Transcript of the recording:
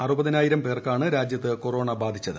അറുപതിനായിരം പേർക്കാണ് രാജ്യത്ത് കൊറോണ ബാധിച്ചത്